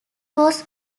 was